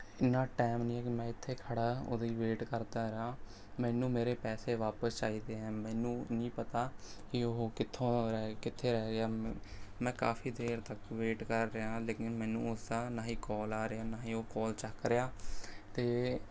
ਇੰਨਾਂ ਟਾਈਮ ਨਹੀਂ ਹੈ ਕਿ ਮੈਂ ਇੱਥੇ ਖੜ੍ਹਾ ਉਹਦੀ ਵੇਟ ਕਰਦਾ ਰਹਾਂ ਮੈਨੂੰ ਮੇਰੇ ਪੈਸੇ ਵਾਪਸ ਚਾਹੀਦੇ ਹੈ ਮੈਨੂੰ ਨਹੀਂ ਪਤਾ ਕਿ ਉਹ ਕਿੱਥੋਂ ਰਹਿ ਕਿੱਥੇ ਰਹਿ ਗਿਆ ਮ ਮੈਂ ਕਾਫ਼ੀ ਦੇਰ ਤੱਕ ਵੇਟ ਕਰ ਰਿਹਾ ਹਾਂ ਲੇਕਿਨ ਮੈਨੂੰ ਉਸਦਾ ਨਾ ਹੀ ਕਾਲ ਆ ਰਿਹਾ ਨਾ ਹੀ ਉਹ ਕਾਲ ਚੱਕ ਰਿਹਾ ਅਤੇ